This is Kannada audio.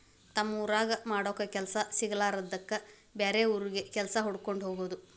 ತಮ್ಮ ಊರಾಗ ಮಾಡಾಕ ಕೆಲಸಾ ಸಿಗಲಾರದ್ದಕ್ಕ ಬ್ಯಾರೆ ಊರಿಗೆ ಕೆಲಸಾ ಹುಡಕ್ಕೊಂಡ ಹೊಗುದು